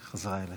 בחזרה אליך.